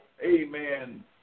amen